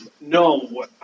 no